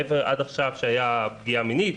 עד עכשיו שהייתה פגיעה מינית,